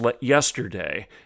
yesterday